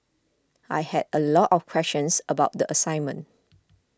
I had a lot of questions about the assignment